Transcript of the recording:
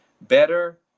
better